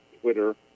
Twitter